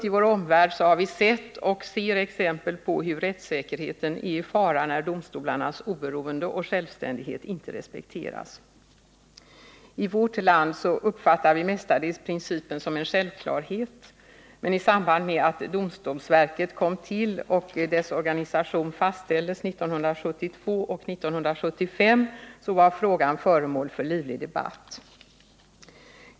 I vår omvärld har vi sett och ser exempel på hur rättssäkerheten är i fara när domstolarnas oberoende och självständighet inte respekteras. I vårt land uppfattar vi mestadels principen som en självklarhet. Men i samband med att domstolsverket kom till och dess organisation fastställdes 1972 och 1975 var frågan föremål för livlig debatt.